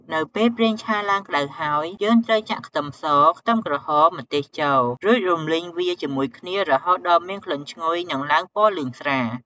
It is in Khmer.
នៅពេលប្រេងឆាឡើងក្តៅហើយ យើងត្រូវចាក់ខ្ទឹមស ខ្ទឹមក្រហម ម្ទេសចូល រួចរំលីងវាជាមួយគ្នារហូតដល់មានក្លិនឈ្ងុយ និងឡើងពណ៌លឿងស្រាល។